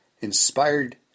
inspired